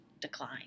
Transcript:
decline